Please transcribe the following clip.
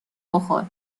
بخور